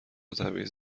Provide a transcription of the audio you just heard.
تبعیض